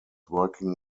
working